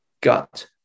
gut